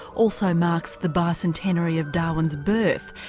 also marks the bicentenary of darwin's birth,